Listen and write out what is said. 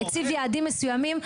הציב יעדים מסוימים.